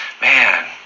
Man